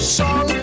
song